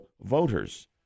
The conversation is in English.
voters